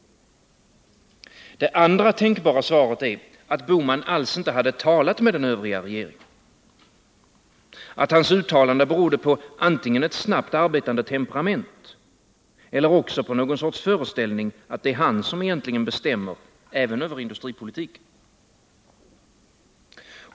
Det andra tänkbara svaret är att herr Bohman alls inte hade talat med den Övriga regeringen, att hans uttalande berodde på antingen ett snabbt arbetande temperament eller också på någon sorts föreställning att det är han som egentligen bestämmer även över industripolitiken.